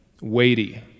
weighty